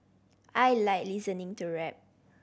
I like listening to rap